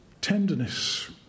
tenderness